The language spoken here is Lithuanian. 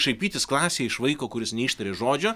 šaipytis klasėj iš vaiko kuris neištarė žodžio